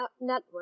Network